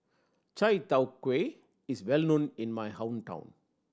chai tow kway is well known in my hometown